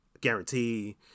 guarantee